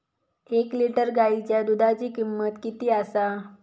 एक लिटर गायीच्या दुधाची किमंत किती आसा?